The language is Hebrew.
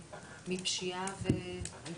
אני מתאר לעצמי.